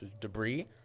debris